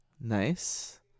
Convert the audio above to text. nice